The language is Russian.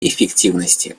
эффективности